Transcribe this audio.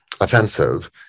offensive